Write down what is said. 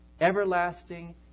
everlasting